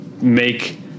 make